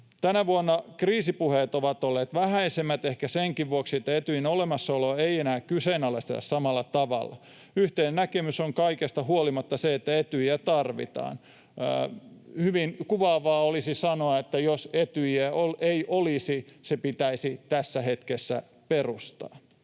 Tänä vuonna kriisipuheet ovat olleet vähäisemmät, ehkä senkin vuoksi, että Etyjin olemassaoloa ei enää kyseenalaisteta samalla tavalla. Yhteinen näkemys on kaikesta huolimatta se, että Etyjiä tarvitaan. Hyvin kuvaavaa olisi sanoa, että jos Etyjiä ei olisi, se pitäisi tässä hetkessä perustaa.